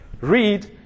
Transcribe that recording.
Read